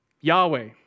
Yahweh